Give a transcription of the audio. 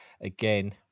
again